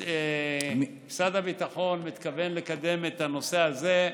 שמשרד הביטחון מתכוון לקדם את הנושא הזה,